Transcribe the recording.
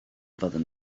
fyddwn